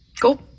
Cool